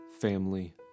family